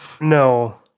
No